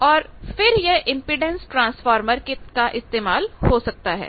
और फिर यह इंपेडेंस ट्रांसफार्मर का इस्तेमाल हो सकता है